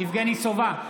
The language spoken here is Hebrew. יבגני סובה,